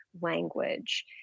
language